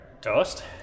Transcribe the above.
Toast